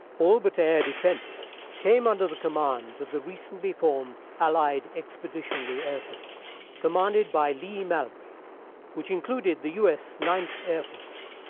all but air defense came under the command of the recently formed allied expeditionary air force commanded by leigh-mallory which included the us ninth air force.